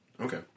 Okay